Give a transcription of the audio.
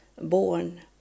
born